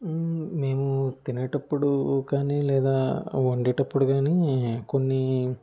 నేను తినేటప్పుడూ కాని లేదా వండేటప్పుడు కానీ కొన్ని